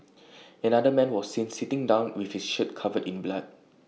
another man was seen sitting down with his shirt covered in blood